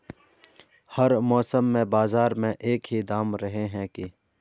हर मौसम में बाजार में एक ही दाम रहे है की?